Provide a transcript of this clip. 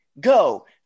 go